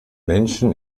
menschen